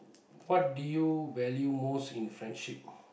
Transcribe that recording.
what do you value most in friendship